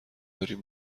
داریم